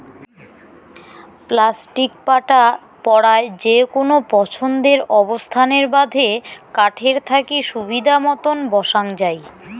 plastic পাটা পরায় যেকুনো পছন্দের অবস্থানের বাদে কাঠের থাকি সুবিধামতন বসাং যাই